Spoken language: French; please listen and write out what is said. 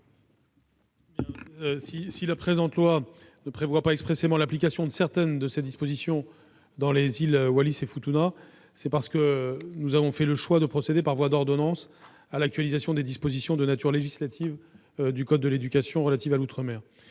Si la présente loi ne prévoit pas expressément l'application de certaines de ses dispositions dans les îles Wallis et Futuna, c'est parce que nous avons fait le choix de procéder par voie d'ordonnance à l'actualisation des dispositions de nature législative du code de l'éducation relatives à l'outre-mer-